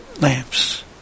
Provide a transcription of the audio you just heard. lamps